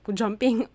jumping